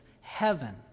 heaven